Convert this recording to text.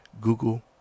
Google